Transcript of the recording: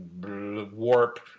warp